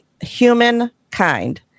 Humankind